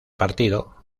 partido